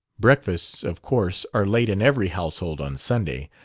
breakfasts, of course, are late in every household on sunday.